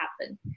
happen